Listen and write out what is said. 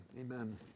Amen